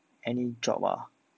any job ah